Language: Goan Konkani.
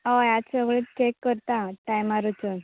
होय आता समज केले करतां टायमार वचून